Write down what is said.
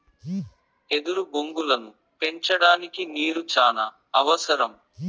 ఎదురు బొంగులను పెంచడానికి నీరు చానా అవసరం